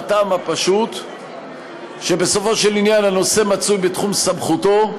מהטעם הפשוט שבסופו של עניין הנושא מצוי בתחום סמכותו.